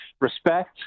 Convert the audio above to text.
respect